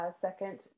second